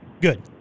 Good